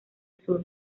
sur